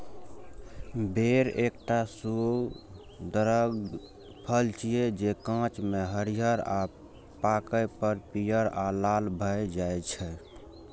बेर एकटा सुअदगर फल छियै, जे कांच मे हरियर आ पाके पर पीयर आ लाल भए जाइ छै